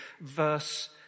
verse